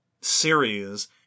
series